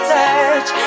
touch